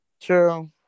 True